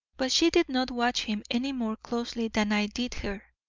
but she did not watch him any more closely than i did her,